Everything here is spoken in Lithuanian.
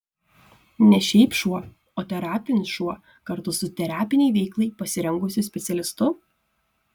ne šiaip šuo o terapinis šuo kartu su terapinei veiklai pasirengusiu specialistu